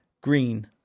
Green